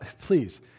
please